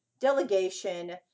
delegation